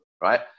right